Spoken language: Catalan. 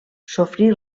sofrí